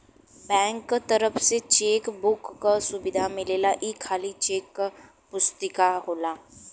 bank क तरफ से चेक बुक क सुविधा मिलेला ई खाली चेक क पुस्तिका होला